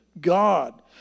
God